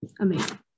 amazing